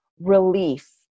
relief